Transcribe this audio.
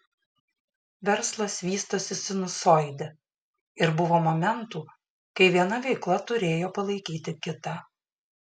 verslas vystosi sinusoide ir buvo momentų kai viena veikla turėjo palaikyti kitą